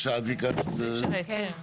הסעיף פה הוא מצד אחד מאוד מגביל,